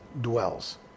dwells